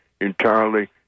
entirely